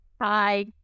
Hi